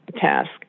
task